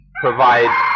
provide